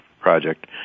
project